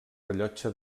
rellotge